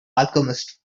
alchemist